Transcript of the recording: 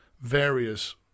various